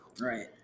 Right